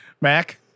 Mac